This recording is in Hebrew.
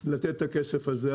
לתת את הכסף הזה,